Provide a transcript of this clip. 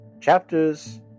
chapters